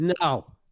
No